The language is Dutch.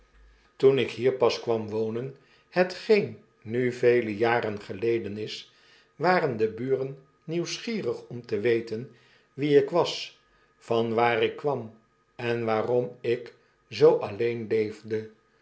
toen ik hier pas kwam wonen hetgeen nu vele jaren geleden is waren de buren nieuwsgierig om te weten wie ik was van waar ik kwam en waarom ik zoo alleen leefde